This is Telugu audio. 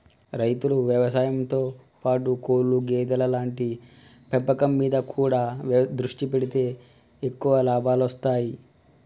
రైతులు వ్యవసాయం తో పాటు కోళ్లు గేదెలు లాంటి పెంపకం మీద కూడా దృష్టి పెడితే ఎక్కువ లాభాలొస్తాయ్